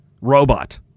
robot